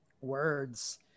words